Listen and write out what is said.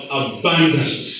abundance